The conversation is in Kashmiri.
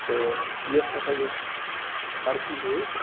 تہٕ یۄس ہَسا یہِ ترقی گٔے